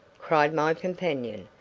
cried my companion,